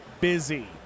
busy